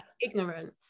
Ignorant